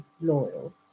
loyal